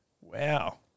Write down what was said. Wow